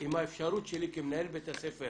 עם האפשרות שלי כמנהל בית הספר